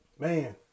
Man